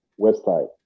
website